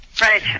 Right